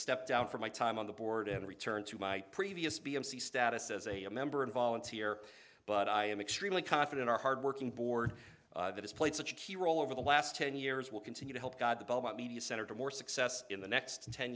step down from my time on the board and return to my previous b mc status as a member and volunteer but i am extremely confident our hardworking board that has played such a key role over the last ten years will continue to help guide the ball about media center to more success in the next ten